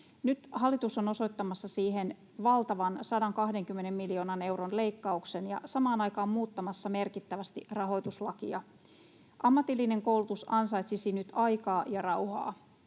Nyt hallitus on osoittamassa siihen valtavan 120 miljoonan euron leikkauksen ja samaan aikaan muuttamassa merkittävästi rahoituslakia. Ammatillinen koulutus ansaitsisi nyt aikaa ja rauhaa.